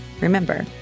remember